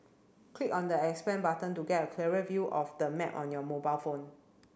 click on the expand button to get a clearer view of the map on your mobile phone